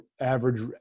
average